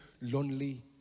lonely